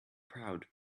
proud